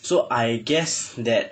so I guess that